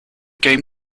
game